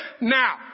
Now